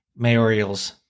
mayorials